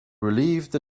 relieved